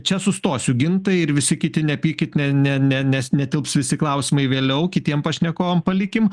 čia sustosiu gintai ir visi kiti nepykit ne ne ne nes netilps visi klausimai vėliau kitiem pašnekovam palikim